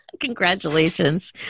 Congratulations